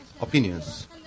opinions